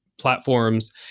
platforms